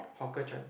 Hawker Chan